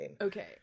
Okay